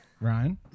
Ryan